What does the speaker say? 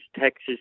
Texas